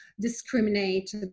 discriminate